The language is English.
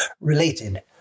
related